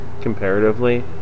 comparatively